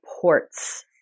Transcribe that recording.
ports